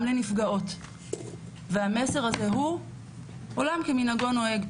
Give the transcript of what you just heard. לנפגעות והמסר הזה הוא עולם כמנהגו נוהג,